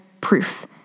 proof